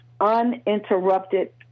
uninterrupted